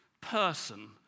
person